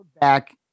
back